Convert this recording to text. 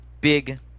big